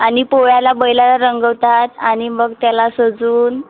आणि पोळ्याला बैलाला रंगवतात आणि मग त्याला सजवून